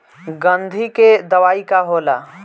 गंधी के दवाई का होला?